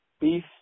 beef